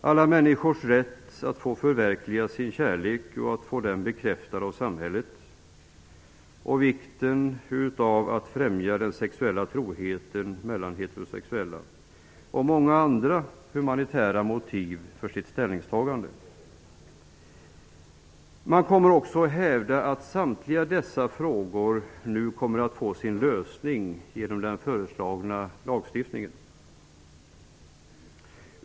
Alla människors rätt att få förverkliga sin kärlek och att få den bekräftad av samhället. - Vikten av att främja den sexuella troheten mellan homosexuella. Vidare kommer de att åberopa många andra humanitära motiv för sina ställningstaganden. De kommer också att hävda att samtliga dessa frågor nu får sin lösning med hjälp av den föreslagna lagstiftningen.